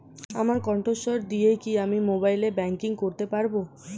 আমার কন্ঠস্বর দিয়ে কি আমি মোবাইলে ব্যাংকিং করতে পারবো?